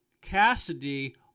Cassidy